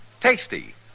Tasty